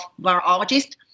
virologists